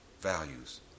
values